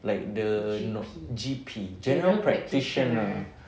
like the G_P general practitioner